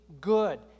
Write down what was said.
good